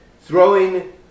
throwing